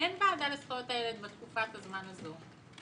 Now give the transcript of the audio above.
אין ועדה לזכויות הילד בתקופת הזמן הזה,